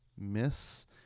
miss